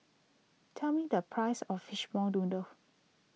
tell me the price of Fishball Noodle